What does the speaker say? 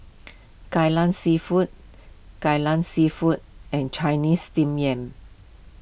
Kai Lan Seafood Kai Lan Seafood and Chinese Steamed Yam